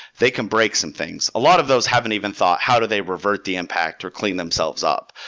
they can break some things. a lot of those haven't even thought how do they revert the impact, or clean themselves up.